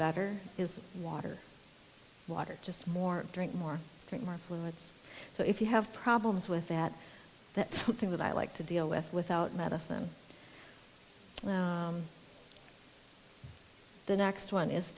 better is water water just more drink more and more fluids so if you have problems with that that's something that i like to deal with without medicine the next one is